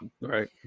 Right